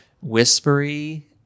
whispery